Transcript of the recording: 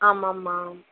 ஆமாம் ஆமாம்மா